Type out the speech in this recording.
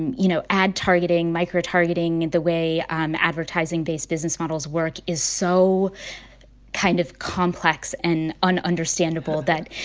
and you know, ad targeting, microtargeting, the way um advertising-based business models work is so kind of complex and un-understandable that,